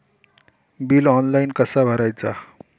Bill online कसा भरायचा?